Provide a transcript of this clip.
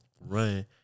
run